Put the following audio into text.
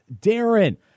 Darren